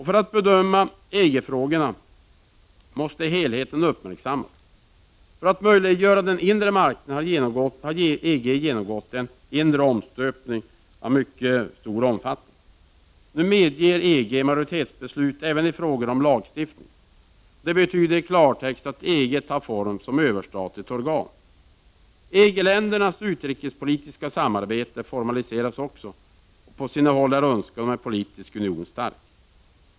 För att bedöma EG-frågorna måste helheten uppmärksammas. För att möjliggöra den inre marknaden har EG genomgått en inre omstöpning av mycket stor omfattning. Nu medger EG majoritetsbeslut även i frågor om lagstiftning. Det betyder i klartext att EG tar form som överstatligt organ. EG-ländernas utrikespolitiska samarbete formaliseras också. På vissa håll är önskan om en politisk union stark.